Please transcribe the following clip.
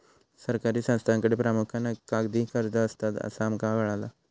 सरकारी संस्थांकडे प्रामुख्यान कागदी अर्ज असतत, असा आमका कळाला